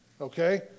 Okay